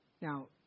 Now